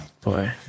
Boy